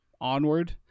Onward